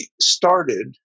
started